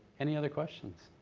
any other questions?